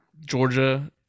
Georgia